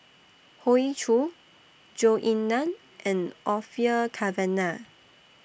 Hoey Choo Zhou Ying NAN and Orfeur Cavenagh